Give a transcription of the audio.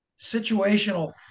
Situational